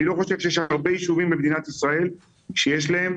אני לא חושב שיש הרבה ישובים במדינת ישראל שיש להם